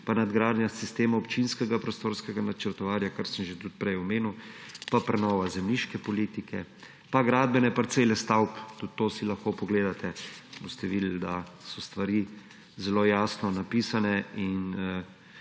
pa nadgradnja sistema občinskega prostorskega načrtovanja, kar sem že tudi prej omenil, pa prenova zemljiške politike, pa gradbene parcele stavb, tudi to si lahko pogledate, boste videli, da so stvari zelo jasno napisane in